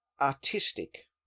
artistic